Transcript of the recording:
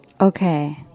Okay